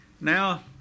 Now